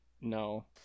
no